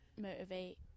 motivate